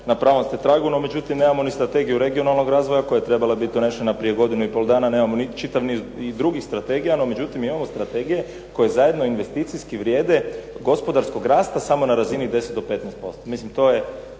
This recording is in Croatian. na pravom ste tragu. No međutim, nemamo ni strategiju regionalnog razvoja koja je trebala biti donešena prije godinu i pol dana. Nemamo ni čitav niz drugih strategija. No međutim, imamo strategije koje zajedno investicijski vrijede gospodarskog rasta samo na razini 10 do 15%. Mislim, to je